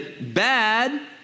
bad